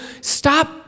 stop